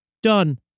Done